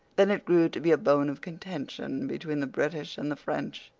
then it grew to be a bone of contention between the british and the french,